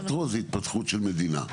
מטרו זו התפתחות של מדינה.